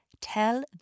tell